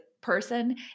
person